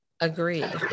Agreed